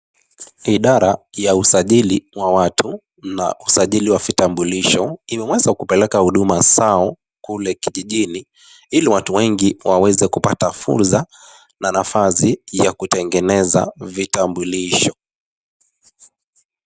Idara ya usajili wa watu na usajili wa vitambulisho, imeweza kupeleka huduma zao kule kijijini ili watu wengi waweze kupata fursa na nafasi ya kutengeneza vitambulisho.